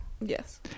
Yes